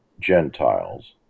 Gentiles